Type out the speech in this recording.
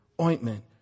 ointment